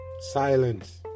Silence